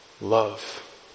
love